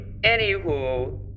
anywho